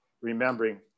remembering